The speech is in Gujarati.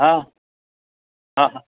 હા હા